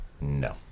No